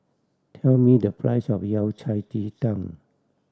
tell me the price of Yao Cai ji tang